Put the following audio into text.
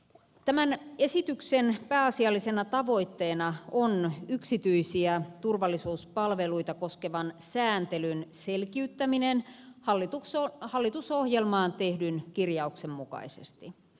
tämän esityksen pääasiallisena tavoitteena on yksityisiä turvallisuuspalveluita koskevan sääntelyn selkiyttäminen hallitusohjelmaan tehdyn kirjauksen mukaisesti